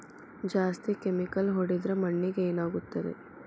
ಜಾಸ್ತಿ ಕೆಮಿಕಲ್ ಹೊಡೆದ್ರ ಮಣ್ಣಿಗೆ ಏನಾಗುತ್ತದೆ?